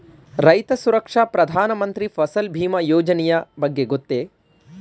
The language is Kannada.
ರೈತ ಸುರಕ್ಷಾ ಪ್ರಧಾನ ಮಂತ್ರಿ ಫಸಲ್ ಭೀಮ ಯೋಜನೆಯ ಬಗ್ಗೆ ಗೊತ್ತೇ?